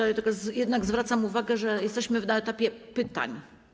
Ale jednak zwracam uwagę, że jesteśmy na etapie pytań.